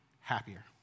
happier